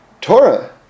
Torah